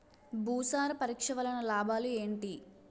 భూసార పరీక్ష వలన లాభాలు ఏంటి?